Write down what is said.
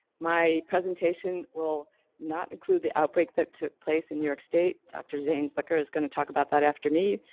my presentation will not include the outbreak that took place in new york state. dr. jane zucker is going to talk about that after me.